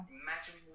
imagine